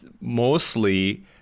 mostly